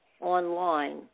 online